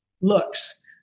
looks